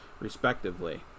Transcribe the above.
respectively